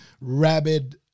Rabid